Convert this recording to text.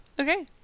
Okay